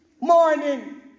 morning